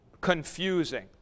confusing